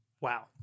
wow